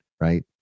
Right